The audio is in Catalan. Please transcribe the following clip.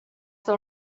del